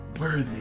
worthy